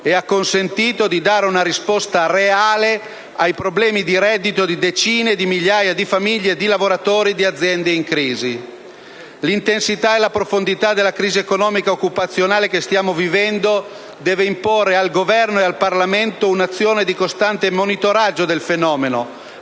e ha consentito di dare una risposta reale ai problemi di reddito di decine di migliaia di famiglie e di lavoratori di aziende in crisi. L'intensità e la profondità della crisi economica e occupazionale che stiamo vivendo deve imporre al Governo e al Parlamento un'azione di costante monitoraggio del fenomeno,